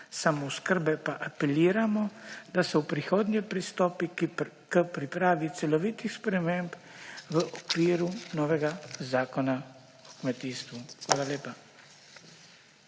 samooskrbe pa apeliramo, da so v prihodnje pristopi k pripravi celovitih sprememb v okviru novega zakona o kmetijstvu. Hvala lepa.